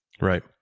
Right